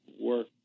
work